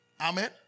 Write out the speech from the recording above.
Amen